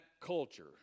culture